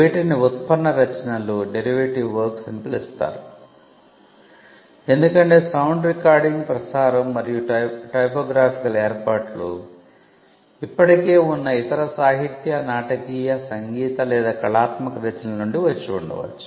వీటిని ఉత్పన్న రచనలు అని పిలుస్తారు ఎందుకంటే సౌండ్ రికార్డింగ్ ప్రసారం మరియు టైపోగ్రాఫికల్ ఏర్పాట్లు ఇప్పటికే ఉన్న ఇతర సాహిత్య నాటకీయ సంగీత లేదా కళాత్మక రచనల నుండి వచ్చి ఉండవచ్చు